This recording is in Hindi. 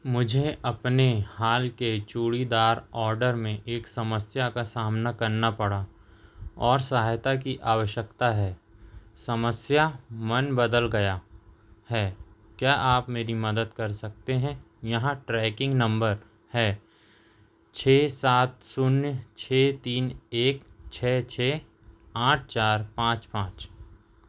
मुझे अपने हाल के चूड़ीदार ऑर्डर में एक समस्या का सामना करना पड़ा और सहायता की आवश्यकता है समस्या मन बदल गया है क्या आप मेरी मदद कर सकते हैं यहां ट्रैकिंग नंबर है छः सात शून्य छः तीन एक छः छः आठ चार पाँच